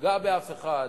נפגע באף אחד,